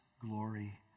glory